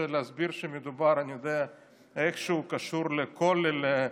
להסביר שאיכשהו זה קשור לכולל,